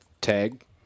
Tag